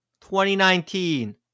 2019